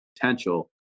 potential